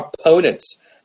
opponents